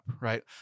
right